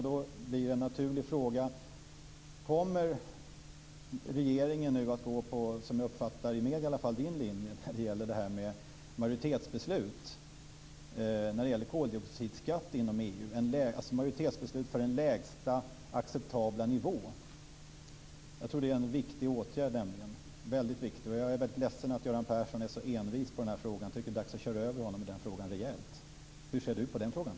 Då blir en naturlig fråga: Kommer regeringen nu att gå på - som jag uppfattar det i alla fall i medierna - miljöministerns linje när det gäller majoritetsbeslut i fråga om koldioxidskatt inom EU, alltså majoritetsbeslut för den lägsta acceptabla nivån? Jag tror nämligen att det är en väldigt viktig åtgärd. Jag är ledsen att Göran Persson är så envis i den här frågan, och det är dags att köra över honom rejält. Hur ser miljöministern på det?